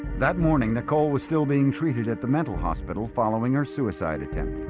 that morning nicole was still being treated at the mental hospital following her suicide attempt